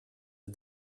des